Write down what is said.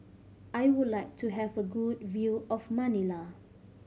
I would like to have a good view of Manila